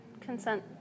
consent-